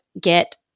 get